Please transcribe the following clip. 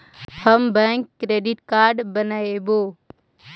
हम bank credit card बनैवो?